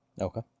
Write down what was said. Okay